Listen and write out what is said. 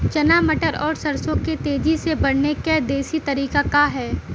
चना मटर और सरसों के तेजी से बढ़ने क देशी तरीका का ह?